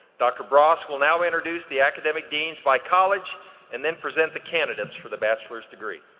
dr. bras will now introduce the academic deans by college and then present the candidates for the bachelor's degree.